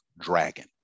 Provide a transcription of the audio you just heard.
dragon